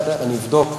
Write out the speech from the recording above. אני אבדוק.